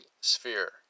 sphere